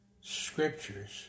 scriptures